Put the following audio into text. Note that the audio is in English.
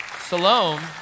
Salome